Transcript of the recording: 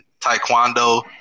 taekwondo